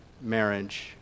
marriage